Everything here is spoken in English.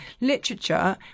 literature